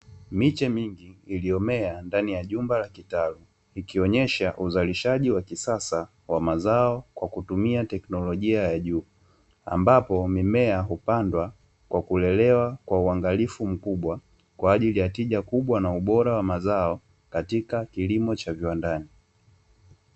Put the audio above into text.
Miche mingi iliyomea ndani ya nyumba ya kitaru ikionyesha uzalishaji wa kisasa wa mazao kwa kutumia teknolojia ya juu, ambapo mimea hupandwa kwa kulelewa kwa uangalifu mkubwa kwa ajili ya tija kubwa na ubora wa mazao katika kilimo cha viwandani.